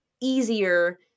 easier